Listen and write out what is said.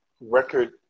record